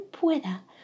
pueda